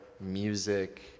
music